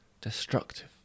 destructive